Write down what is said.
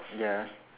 ya